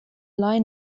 lie